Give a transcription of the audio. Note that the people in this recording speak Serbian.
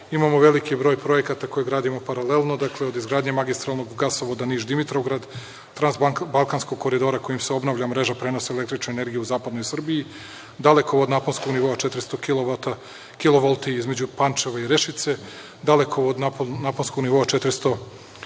Imamo veliki broj projekata koje gradimo paralelno, dakle, od izgradnje magistralnog gasovoda Niš–Dimitrovgrad, transbalkanskog koridora kojim se obnavlja mreža prenosa električne energije u zapadnoj Srbiji, dalekovod naponskog nivoa 400 kilovolti između Pančeva i Rešice, dalekovod naponskog nivoa 400